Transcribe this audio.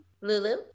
Lulu